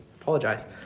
apologize